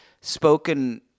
spoken